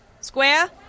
Square